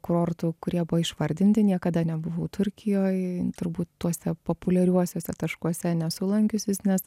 kurortų kurie buvo išvardinti niekada nebuvau turkijoj turbūt tuose populiariuosiuose taškuose nesu lankiusis nes